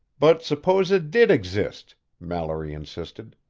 but suppose it did exist, mallory insisted.